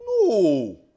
No